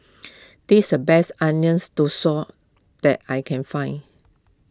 this is the best Onion Thosai that I can find